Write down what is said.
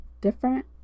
different